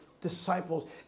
disciples